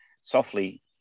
softly